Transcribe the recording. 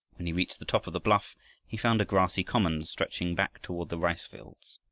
when he reached the top of the bluff he found a grassy common stretching back toward the rice-fields.